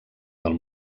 del